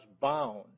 bound